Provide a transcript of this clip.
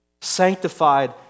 sanctified